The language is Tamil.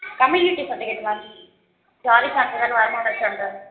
கம்யூனிட்டி சர்டிஃபிகேட் மேம் ஜாதி சான்றிதழ் வருமான சான்று